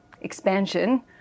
expansion